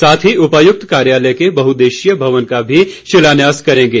साथ ही उपायुक्त कार्यालय के बहुउदेशीय भवन का शिलान्यास भी करेंगे